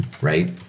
right